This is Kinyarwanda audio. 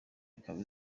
ikaba